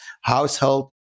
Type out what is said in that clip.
household